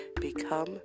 become